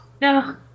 No